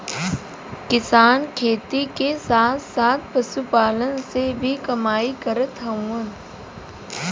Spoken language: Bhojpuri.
किसान खेती के साथ साथ पशुपालन से भी कमाई करत हउवन